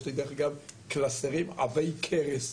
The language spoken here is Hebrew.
יש לי קלסרים עבי קרס,